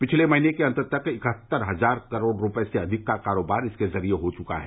पिछले महीने के अंत तक इकहत्तर हजार करोड़ रुपये से अधिक का कारोबार इसके जरिये हो चुका है